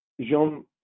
Jean